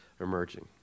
emerging